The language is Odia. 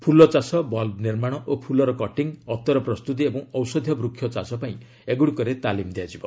ଫୁଲଚାଷ ବଲ୍ବ ନିର୍ମାଣ ଓ ଫୁଲର କଟିଂ ଅତର ପ୍ରସ୍ତୁତି ଏବଂ ଔଷଧୀୟ ବୃକ୍ଷ ଚାଷ ପାଇଁ ଏଗୁଡ଼ିକରେ ତାଲିମ ଦିଆଯିବ